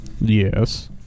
Yes